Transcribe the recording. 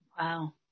Wow